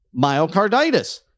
myocarditis